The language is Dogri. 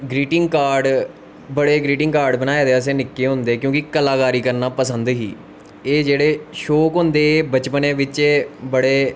ग्रिटिंग कार्ड़ बड़े ग्रिटिंग कार्ड़ बनाए दे निक्के होंदे क्योंकि कलाकारी करना पसंद ही एह् जेह्के शौंक होंदे एह् बचपनै बिच्च बड़े